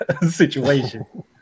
situation